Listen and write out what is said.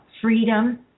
freedom